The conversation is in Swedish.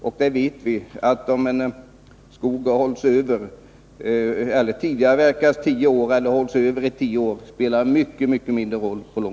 Och vi vet att det på lång sikt spelar mycket mindre roll om en skog tidigareavverkas tio år eller hålls över tio år.